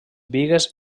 bigues